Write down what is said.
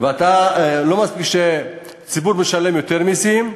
לא מספיק שהציבור משלם יותר מסים,